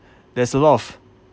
there's a lot of